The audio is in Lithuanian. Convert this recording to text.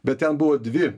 bet ten buvo dvi